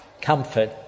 comfort